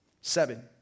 Seven